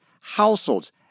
households